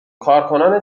کارکنان